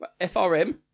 FRM